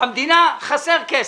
במדינה חסר כסף.